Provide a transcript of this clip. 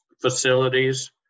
facilities